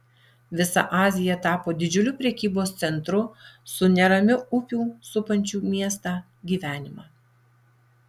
visa azija tapo didžiuliu prekybos centru su neramiu upių supančių miestą gyvenimu